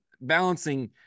balancing